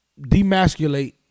demasculate